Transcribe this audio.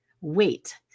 wait